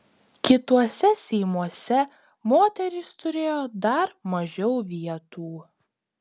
kituose seimuose moterys turėjo dar mažiau vietų